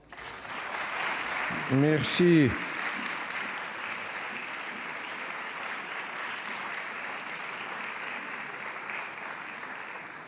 Merci,